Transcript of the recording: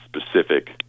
specific